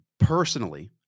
Personally